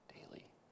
daily